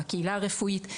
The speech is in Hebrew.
בקהילה הרפואית,